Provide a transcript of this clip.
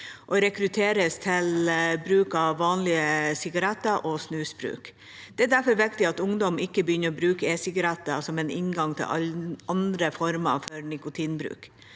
de rekrutteres til vanlige sigaretter og snusbruk. Det er derfor viktig at ungdom ikke begynner å bruke e-sigaretter som en inngang til andre former for nikotinbruk.